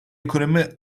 ekonomi